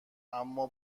اما